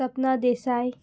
Sapna Desai